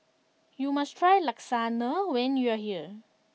you must try Lasagna when you are here